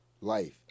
life